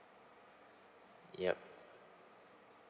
yup